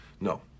No